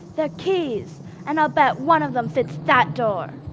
they're keys and i'll bet one of them fits that door.